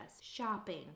shopping